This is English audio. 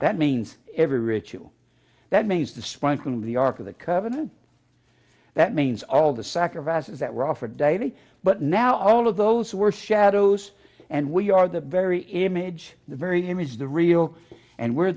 that means every ritual that means to spawn from the ark of the covenant that means all the sacrifices that were offered davy but now all of those who were shadows and we are the very image the very image the real and we're